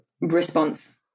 response